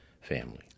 family